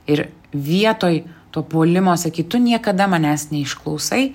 ir vietoj to puolimo sakyt tu niekada manęs neišklausai